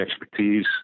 expertise